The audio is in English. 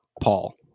Paul